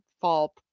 fall